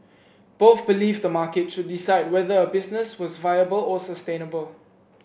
both believed the market should decide whether a business was viable or sustainable